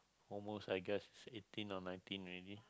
almost I guess eighteen or nineteen already